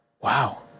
wow